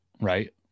right